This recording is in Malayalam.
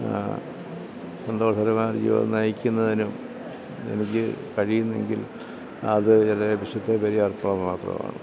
സന്തോഷകരമായ ഒരു ജീവിതം നയിക്കുന്നതിനും എനിക്ക് കഴിയുന്നെങ്കിൽ അത് എൻ്റെ ലക്ഷ്യത്തെ പര്യാപ്തമാക്കുന്നതാണ്